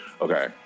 Okay